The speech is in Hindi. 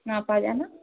आप आ जाना